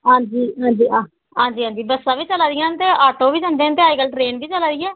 हां जी हां जी आह हां जी हां जी बस्सां बी चलै दियां ने ते आटो बी जंदे न ते अज्जकल ट्रेन बी चलै दी ऐ